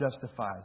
justifies